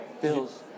Bills